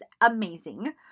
amazing